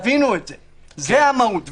זו המהות.